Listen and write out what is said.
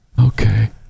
Okay